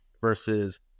versus